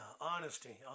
honesty